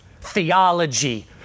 theology